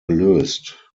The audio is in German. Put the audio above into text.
gelöst